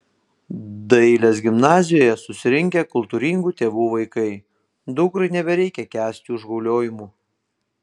dailės gimnazijoje susirinkę kultūringų tėvų vaikai dukrai nebereikia kęsti užgauliojimų